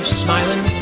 smiling